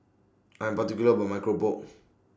I Am particular about My Keropok